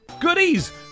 goodies